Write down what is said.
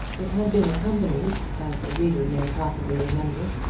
it had been accompanied, as the reader may possibly remember,